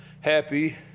happy